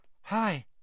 Hi